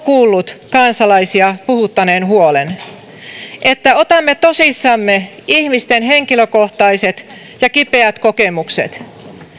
kuullut kansalaisia puhuttaneen huolen että otamme tosissamme ihmisten henkilökohtaiset ja kipeät kokemukset